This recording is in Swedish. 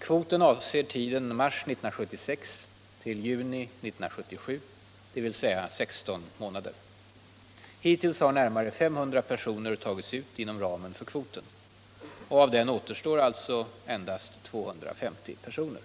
Kvoten avser tiden mars 1976-juni 1977, dvs. 16 månader. Hittills har närmare 500 personer tagits ut inom ramen för kvoten. Härav återstår alltså endast 250 personer.